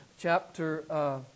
chapter